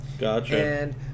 Gotcha